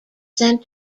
sent